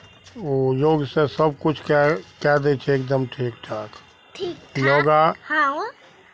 ओ योगसँ सभकिछुकेँ कए दै छै एकदम ठीक ठाक योगा